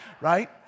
Right